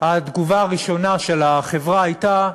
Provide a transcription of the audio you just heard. התגובה הראשונה של החברה הייתה: